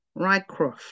Rycroft